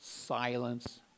silence